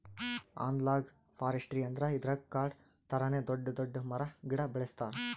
analogue forestry ಅಂದ್ರ ಇದ್ರಾಗ್ ಕಾಡ್ ಥರಾನೇ ದೊಡ್ಡ್ ದೊಡ್ಡ್ ಮರ ಗಿಡ ಬೆಳಸ್ತಾರ್